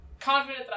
confident